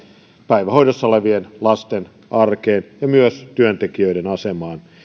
päivähoidossa olevien lasten arkeen ja myös työntekijöiden asemaan